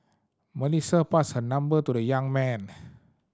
Melissa passed her number to the young man